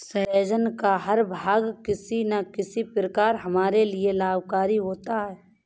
सहजन का हर भाग किसी न किसी प्रकार हमारे लिए लाभकारी होता है